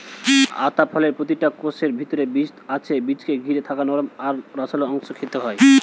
আতা ফলের প্রতিটা কোষের ভিতরে বীজ আছে বীজকে ঘিরে থাকা নরম আর রসালো অংশ খেতে হয়